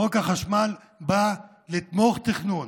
חוק החשמל בא לתמוך תכנון,